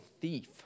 thief